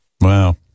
Wow